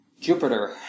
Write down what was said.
Jupiter